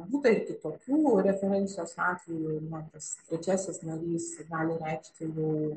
būta ir kitokių referencijos atvejų na tas trečiasis narys gali reikšti jau